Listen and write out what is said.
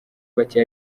bake